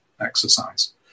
exercise